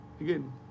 again